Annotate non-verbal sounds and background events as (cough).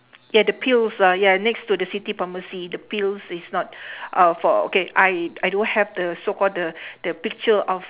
ya the pills ah ya next to the city pharmacy the pills is not (breath) uh for okay I I don't have the so called the the picture of